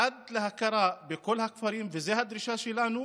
עד להכרה בכל הכפרים, וזאת הדרישה שלנו,